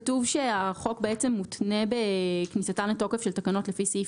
כתוב שהחוק מותנה בכניסתן לתוקף של תקנות לפי סעיף